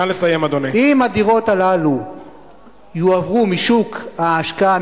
אם הדירות האלה יועברו משוק ההשקעה,